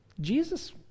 Jesus